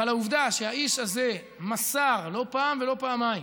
אבל לעובדה שהאיש הזה מסר לא פעם ולא פעמיים